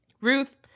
Ruth